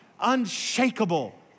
unshakable